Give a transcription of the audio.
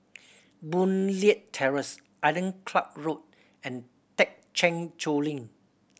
Boon Leat Terrace Island Club Road and Thekchen Choling